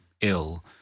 ill